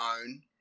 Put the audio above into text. own